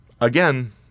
again